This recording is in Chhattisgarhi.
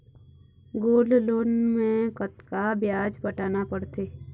गोल्ड लोन मे कतका ब्याज पटाना पड़थे?